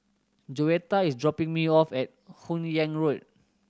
Joetta is dropping me off at Hun Yeang Road